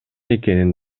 экенин